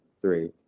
three